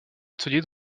atelier